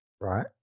Right